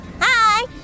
Hi